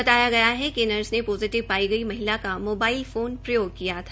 बताया गया है कि नर्स ने पोजिटिव पाई महिला का महिला का मोबाइल ोन प्रयोग किया था